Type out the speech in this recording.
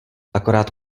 akorát